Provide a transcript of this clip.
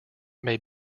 may